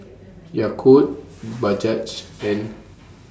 Yakult Bajaj and